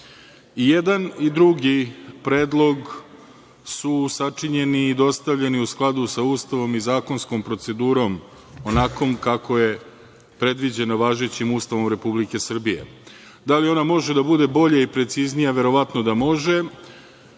I jedan i drugi predlog su sačinjeni i dostavljeni u skladu sa Ustavom i zakonskom procedurom onakvom kako je predviđeno važećim Ustavom Republike Srbije. Da li ona može da bude bolja i preciznija? Verovatno da može,